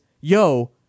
yo